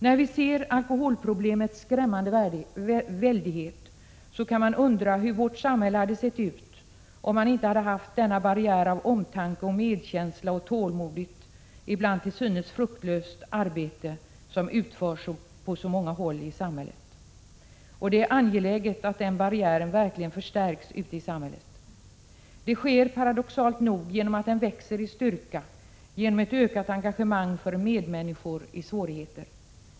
När man ser alkoholproblemets skrämmande väldighet kan man undra hur vårt samhälle hade sett ut om man inte hade haft denna barriär av omtanke och medkänsla samt tålmodigt — ibland till synes fruktlöst — arbete som utförs på så många håll i samhället. Det är angeläget att denna barriär verkligen förstärks. Det sker paradoxalt nog genom att den växer i styrka via ett ökat engagemang för medmänniskor i svårigheter.